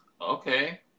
okay